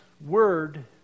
Word